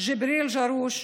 ג'יבריל ג'ארושי,